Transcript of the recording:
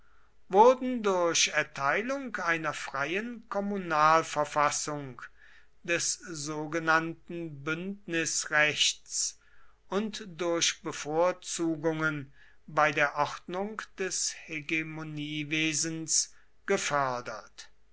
wurden durch erteilung einer freieren kommunalverfassung des sogenannten bündnisrechts und durch bevorzugungen bei der ordnung des hegemoniewesens gefördert